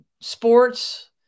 sports